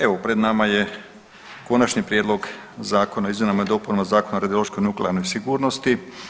Evo pred nama je Konačni prijedlog zakona o izmjenama i dopunama Zakona o radiološkoj i nuklearnoj sigurnosti.